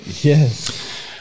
Yes